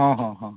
ᱦᱮᱸ ᱦᱮᱸ ᱦᱮᱸ